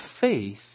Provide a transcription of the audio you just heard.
faith